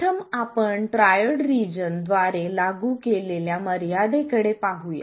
प्रथम आपण triode region द्वारे लागू केलेल्या मर्यादे कडे पाहूया